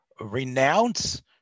renounce